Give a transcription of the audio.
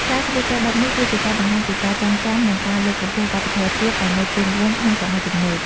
ការស្លៀកពាក់បែបនេះគឺជាការបង្ហាញពីការចងចាំ និងការលើកកម្ពស់វប្បធម៌ជាតិឲ្យនៅគង់វង្សក្នុងសម័យទំនើប។